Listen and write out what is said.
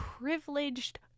Privileged